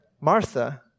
Martha